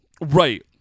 Right